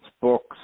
books